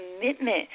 commitment